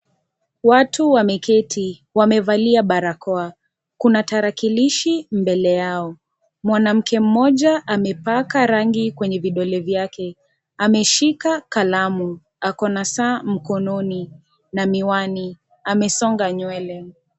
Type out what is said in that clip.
Watu wameketi, wamevalia barakoa, kuna tarakilishi mbele yao, mwanamke moja amepaka rangi kwenye vidole vyake ameshika kalamu ako na saa mkononi na miwani, amesonga nywele.